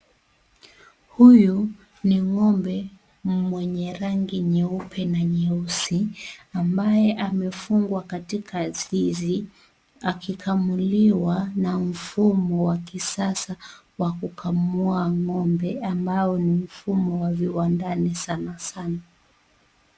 Huyu ni ng'ombe mwenye rangi nyeupe na nyeusi ambaye amefungwa katika zizi, akikamuliwa na mfumo wa kisasa wa kukamua ng'ombe ambao ni mfumo wa viwandani sana sana.